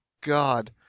God